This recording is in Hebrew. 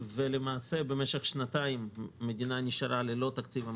ובמשך שנתיים המדינה נשארה ללא תקציב.